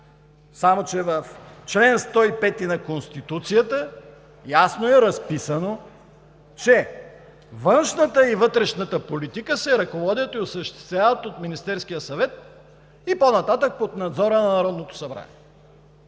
само че в чл. 105 на Конституцията ясно е разписано, че външната и вътрешната политика се ръководят и осъществяват от Министерския съвет и по-нататък – под надзора на Народното събрание.